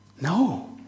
No